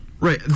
Right